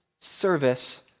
service